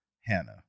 Hannah